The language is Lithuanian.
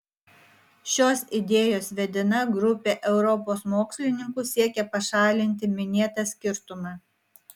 šios idėjos vedina grupė europos mokslininkų siekia pašalinti minėtą skirtumą